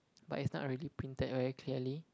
but it's not really printed very clearly